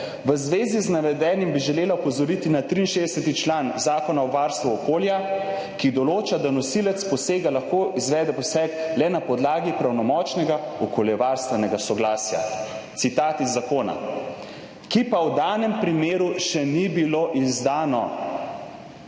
»V zvezi z navedenim bi želela opozoriti na 63. člen Zakona o varstvu okolja, ki določa, da nosilec posega lahko izvede poseg le na podlagi pravnomočnega okoljevarstvenega soglasja«, citat iz zakona, »ki pa v danem primeru še ni bilo izdano«.